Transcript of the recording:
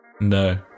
No